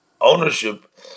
ownership